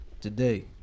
today